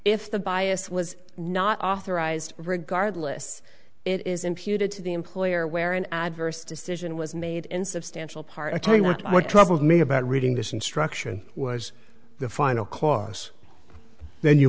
if the bias was not authorized regardless it is imputed to the employer where an adverse decision was made in substantial part i tell you what troubled me about reading this instruction was the final cause